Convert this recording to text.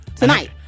Tonight